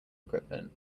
equipment